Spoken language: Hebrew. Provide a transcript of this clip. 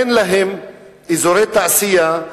אין להן אזורי תעשייה,